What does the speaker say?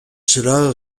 cela